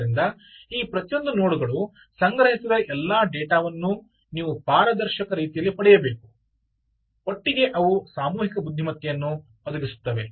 ಆದ್ದರಿಂದ ಈ ಪ್ರತಿಯೊಂದು ನೋಡ್ಗಳು ಸಂಗ್ರಹಿಸಿದ ಎಲ್ಲಾ ಡೇಟಾವನ್ನು ನೀವು ಪಾರದರ್ಶಕ ರೀತಿಯಲ್ಲಿ ಪಡೆಯಬೇಕು ಒಟ್ಟಿಗೆ ಅವು ಸಾಮೂಹಿಕ ಬುದ್ಧಿಮತ್ತೆಯನ್ನು ಒದಗಿಸುತ್ತವೆ